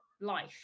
life